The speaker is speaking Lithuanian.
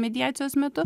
mediacijos metu